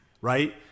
right